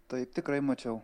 taip tikrai mačiau